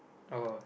oh